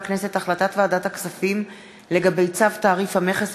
החלטת ועדת הכספים לגבי צו תעריף המכס